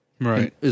Right